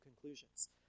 conclusions